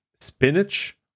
spinach